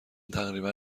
تقریبا